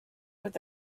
with